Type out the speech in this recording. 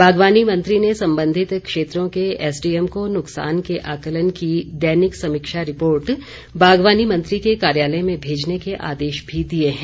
बागवानी मंत्री ने संबंधित क्षेत्रों के एसडीएम को नुकसान के आकलन की दैनिक समीक्षा रिपोर्ट बागवानी मंत्री के कार्यालय में भेजने के आदेश भी दिए हैं